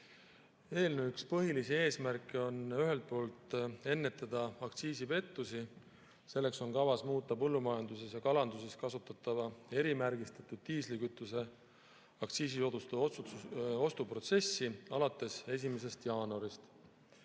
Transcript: Eelnõu põhilisi eesmärke on ühelt poolt ennetada aktsiisipettusi. Selleks on kavas muuta põllumajanduses ja kalanduses kasutatava erimärgistatud diislikütuse aktsiisisoodustusega ostu protsessi alates 1. jaanuarist.